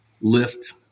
lift